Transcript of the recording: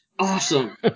Awesome